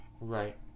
right